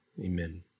Amen